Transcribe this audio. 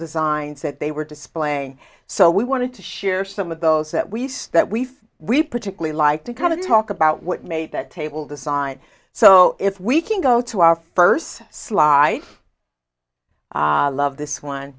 designs that they were displaying so we wanted to share some of those that we start with we particularly like to kind of talk about what made that table design so if we can go to our first slide love this one